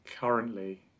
currently